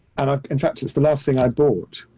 and in fact, it's the last thing i bought